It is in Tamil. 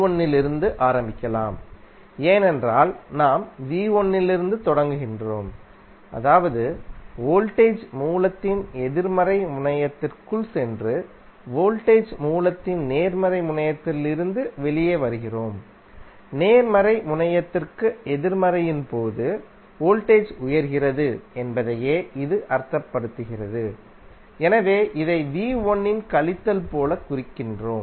V1இலிருந்து ஆரம்பிக்கலாம்ஏனென்றால் நாம் v1இலிருந்து தொடங்குகிறோம் அதாவது வோல்டேஜ் மூலத்தின் எதிர்மறை முனையத்திற்குள் சென்று வோல்டேஜ் மூலத்தின் நேர்மறை முனையத்திலிருந்து வெளியே வருகிறோம்நேர்மறை முனையத்திற்கு எதிர்மறையின் போது வோல்டேஜ் உயர்கிறது என்பதையே இது அர்த்தப்படுத்துகிறது எனவே இதை v1இன் கழித்தல் போலக் குறிக்கிறோம்